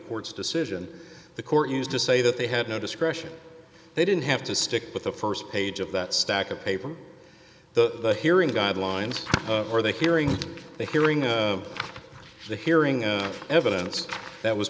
court's decision the court used to say that they had no discretion they didn't have to stick with the st page of that stack of paper the hearing guidelines or they caring a hearing on the hearing of evidence that was